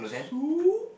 soup